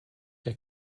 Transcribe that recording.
der